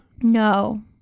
No